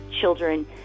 children